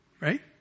Right